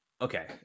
Okay